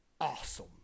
awesome